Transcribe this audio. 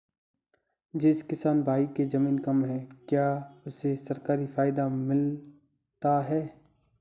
जिस किसान भाई के ज़मीन कम है क्या उसे सरकारी फायदा मिलता है?